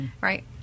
Right